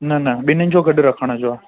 न न ॿिन्हिनि जो गॾु रखण जो आहे